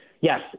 yes